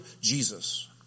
Jesus